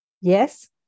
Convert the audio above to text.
yes